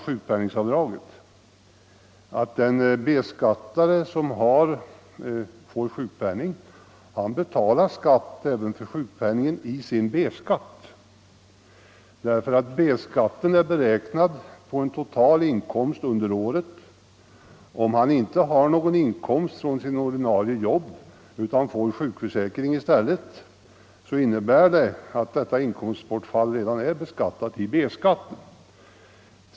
Saken är nämligen den att en B-skattare som får sjukpenning betalar skatt även för sjukpenningen i sin B-skatt. B-skatten är beräknad på en total inkomst under året. Om en person med B-skatt inte har någon inkomst från sitt ordinarie jobb utan får sjukpenning i stället, gör det ingen skillnad. Sjukpenningen ersätter ju en inkomst som man redan räknat med vid beräkningen av B-skatten.